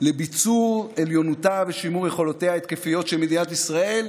לביצור עליונותה ושימור יכולותיה ההתקפיות של מדינת ישראל,